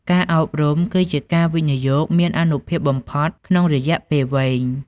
ការអប់រំគឺជាការវិនិយោគមានអានុភាពបំផុតក្នុងរយៈពេលវែង។